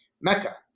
Mecca